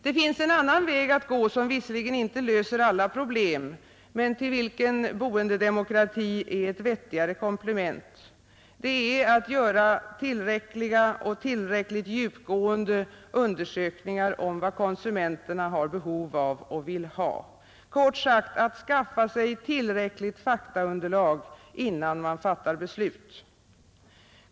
Det finns en annan väg att gå som visserligen inte löser alla problem men till vilken boendedemokratin är ett vettigare komplement. Det är att göra tillräckliga och tillräckligt djupgående undersökningar om vad konsumenterna har behov av och vill ha, kort sagt att skaffa sig tillräckligt underlag av fakta innan man fattar beslut.